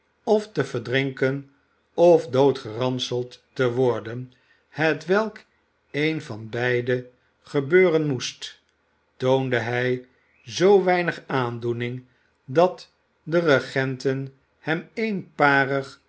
of te verdrinken of doodgeranseld te worden hetwelk een van beide gebeuren moest toonde hij zoo weinig aandoening dat de regenten hem